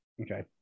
Okay